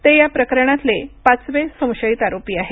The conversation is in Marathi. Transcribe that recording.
ते या प्रकरणातले पाचवे संशयित आरोपी आहेत